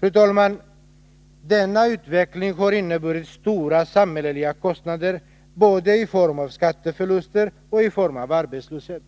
Fru talman! Denna utveckling har inneburit stora samhälleliga kostnader, både i form av skatteförluster och i form av arbetslöshet.